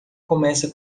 começa